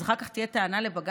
אז אחר כך תהיה טענה לבג"ץ,